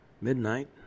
midnight